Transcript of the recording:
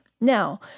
Now